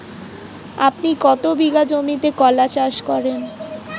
আপনি কত বিঘা জমিতে কলা চাষ করেন?